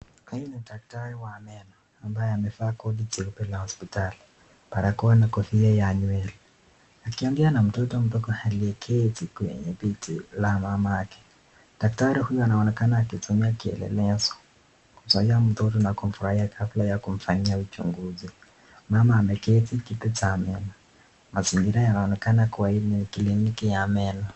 Huyu ni daktari wa meno, ambaye amevaa koti jeupe la hospitali, barakoa na kofia ya nywele, akiongea na mtoto mdogo aliyeketi kwenye kiti na mamake, daktari huyu anaonekana akitumia kielezo kuzuia mtoto na kumfurahia kabla ya kumfanyia uchunguzi, mama ameketi ile ya meno, mazingira yanaonekana kuwa ni kliniki ya meno.